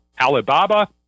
Alibaba